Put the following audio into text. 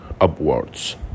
upwards